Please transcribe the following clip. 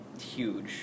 huge